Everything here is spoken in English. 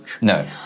No